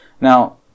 Now